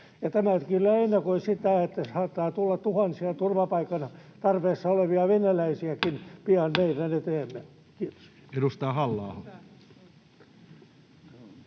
Tämä on kyllä ennakoi sitä, että saattaa tulla tuhansia turvapaikan tarpeessa olevia venäläisiäkin